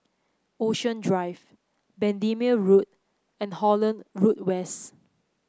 Ocean Drive Bendemeer Road and Holland Road West